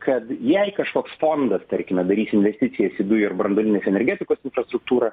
kad jei kažkoks fondas tarkime darys investicijas į dujų ir branduolinės energetikos infrastruktūrą